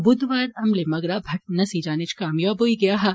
ब्धवारे हमले म रा भट्ट नस्सी जाने च कामयाब होई ेआ हा